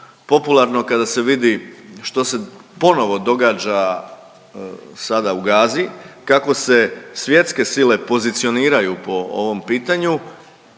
popularno kada se vidi što se ponovo događa sada u Gazi, kako se svjetske sile pozicioniraju po ovom pitanju.